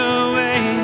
away